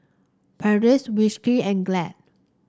Perdix Whiskas and Glad